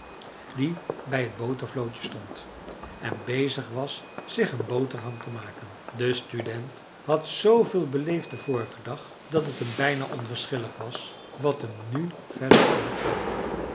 die bij het botervlootje stond en bezig was zich een boterham te maken de student had zooveel beleefd den vorigen dag dat het hem bijna onverschillig was wat hem nu verder overkwam